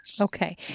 Okay